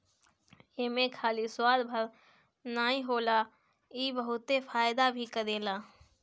एमे खाली स्वाद भर नाइ होला इ बहुते फायदा भी करेला